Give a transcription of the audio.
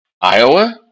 Iowa